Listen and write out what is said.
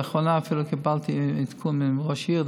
לאחרונה אפילו קיבלתי עדכון מראש העיר.